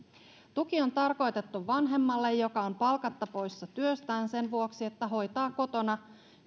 tuki on tarkoitettu vanhemmalle joka on palkatta poissa työstään sen vuoksi että hoitaa kotona